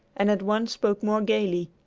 and at once spoke more gayly.